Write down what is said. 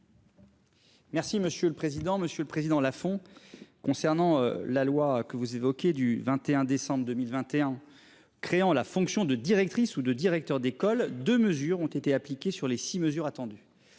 Merci monsieur le président. Monsieur le Président la font. Concernant la loi que vous évoquez du 21 décembre 2021 créant la fonction de directrice ou de directeur d'école de mesures ont été appliquées sur les 6 mesures attendues.